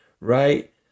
right